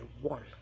one